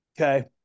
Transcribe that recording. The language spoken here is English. Okay